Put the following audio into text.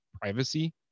privacy